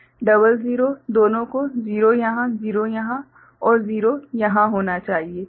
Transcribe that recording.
00 दोनों को 0 यहाँ 0 यहाँ और 0 यहाँ होना चाहिए